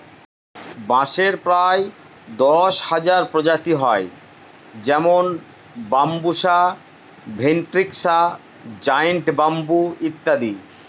বাঁশের প্রায় দশ হাজার প্রজাতি হয় যেমন বাম্বুসা ভেন্ট্রিকসা জায়ন্ট ব্যাম্বু ইত্যাদি